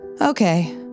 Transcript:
Okay